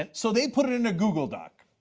and so they put in a google doc.